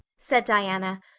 said diana,